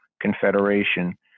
confederation